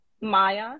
Maya